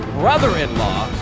brother-in-law